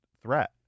threat